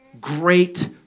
great